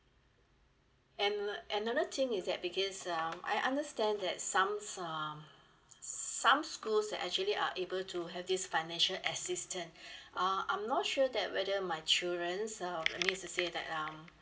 and an~ and another thing is that because um I understand that some uh some schools they actually are able to have this financial assistance uh I'm not sure that whether my children um what I mean to say is that um